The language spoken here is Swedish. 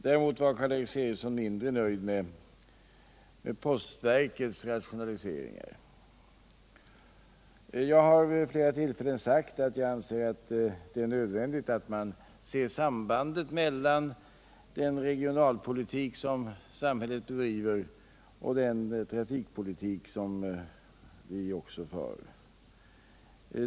Däremot var Karl Erik Eriksson mindre nöjd med postverkets rationaliseringar. Jag har vid flera tillfällen sagt att jag anser att det är nödvändigt att man ser sambandet mellan den regionalpolitik och den trafikpolitik som samhället bedriver.